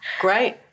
Great